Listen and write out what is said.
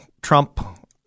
Trump